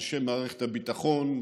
אנשי מערכת הביטחון,